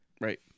Right